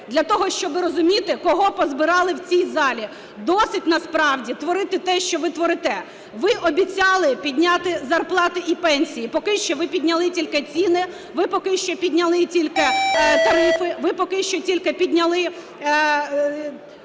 для того, щоб розуміти, кого позбирали в цій залі. Досить насправді творити те, що ви творите. Ви обіцяли підняти зарплати і пенсії. Поки що ви підняли тільки ціни, ви поки